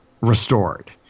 restored